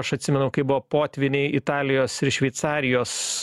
aš atsimenu kaip buvo potvyniai italijos ir šveicarijos